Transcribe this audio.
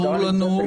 ברור לנו,